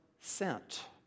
sent